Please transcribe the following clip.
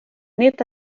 nit